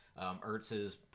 Ertz's